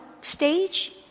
stage